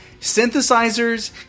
synthesizers